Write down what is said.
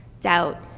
doubt